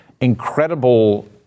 incredible